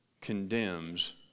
condemns